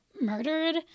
murdered